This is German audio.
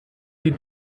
die